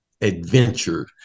adventure